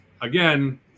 again